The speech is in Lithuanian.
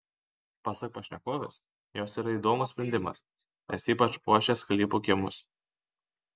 pasak pašnekovės jos yra įdomus sprendimas nes ypač puošia sklypų kiemus